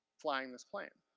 flying this plane.